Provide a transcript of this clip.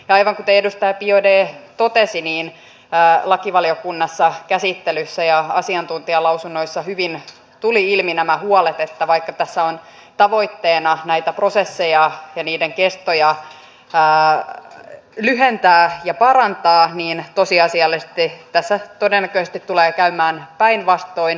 aivan kuten edustaja biaudet totesi niin lakivaliokunnassa käsittelyssä ja asiantuntijalausunnoissa hyvin tulivat ilmi nämä huolet että vaikka tässä on tavoitteena näitä prosesseja ja niiden kestoa lyhentää ja parantaa niin tosiasiallisesti tässä todennäköisesti tulee käymään päinvastoin